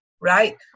right